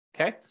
okay